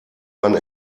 man